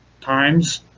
times